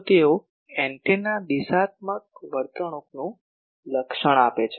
તો તેઓ એન્ટેના દિશાત્મક વર્તણૂકનું લક્ષણ આપે છે